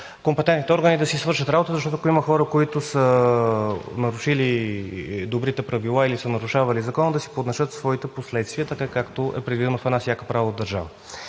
компетентните органи да си свършат работата, защото, ако има хора, които са нарушили добрите правила или са нарушавали закона, да си понесат своите последствия, така както е предвидено във всяка една правова държава.